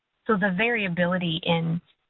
so, the variability in,